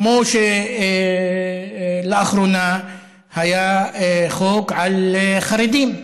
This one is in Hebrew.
כמו שלאחרונה היה חוק על חרדים,